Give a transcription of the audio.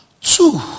two